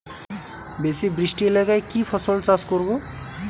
বেশি বৃষ্টি এলাকায় কি ফসল চাষ করব?